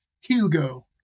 Hugo